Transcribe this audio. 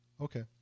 Okay